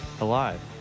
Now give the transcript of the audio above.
alive